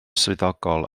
swyddogol